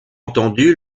entendu